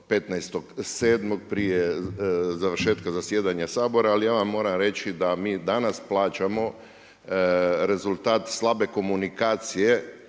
15.7. prije završetka zasjedanja Sabora, ali ja vam moram reći da mi danas plaćamo rezultat slabe komunikacije